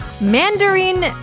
Mandarin